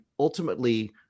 Ultimately